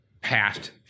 passed